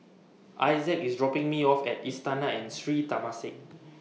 Isaac IS dropping Me off At Istana and Sri Temasek